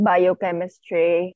Biochemistry